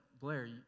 Blair